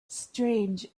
strange